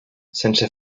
sense